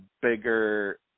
bigger